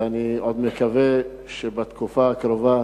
ואני עוד מקווה שבתקופה הקרובה